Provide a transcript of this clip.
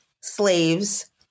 slaves